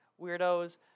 weirdos